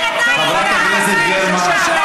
מתי אתה היית שם?